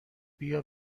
بیا